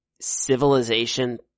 civilization